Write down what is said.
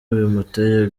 bimuteye